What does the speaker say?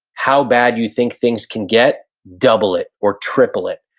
how bad you think things can get, double it or triple it.